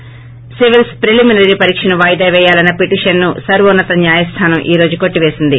ి సివిల్స్ ప్రిలిమినరీ పరీక్షను వాయిదా పేయాలన్న పిటిషన్ను సర్వోన్నత న్యాయస్థానం ఈ రోజు కొట్టివేసింది